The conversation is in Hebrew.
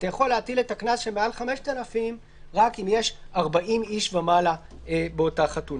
אתה יכול להטיל את הקנס שמעל 5,000 רק אם יש 40 איש ומעלה באותה חתונה.